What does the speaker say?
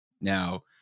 Now